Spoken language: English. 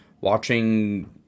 watching